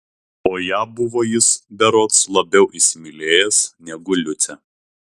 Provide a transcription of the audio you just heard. o ją buvo jis berods labiau įsimylėjęs negu liucę